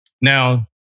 Now